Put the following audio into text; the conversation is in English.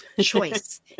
Choice